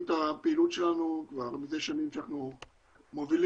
את הפעילות שלנו כבר מזה שנים שאנחנו מובילים.